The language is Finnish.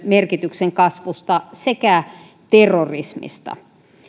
merkityksen kasvusta sekä terrorismista